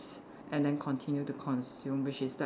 and then continue to consume which is like